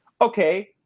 okay